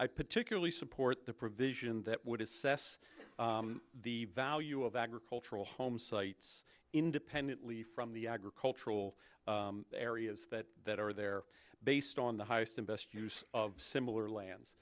i particularly support the provision that would assess the value of agricultural homesites independently from the agricultural areas that that are there based on the highest and best use of similar lands